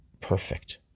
Perfect